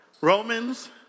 Romans